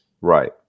right